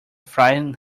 frighten